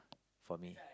for me